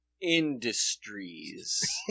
Industries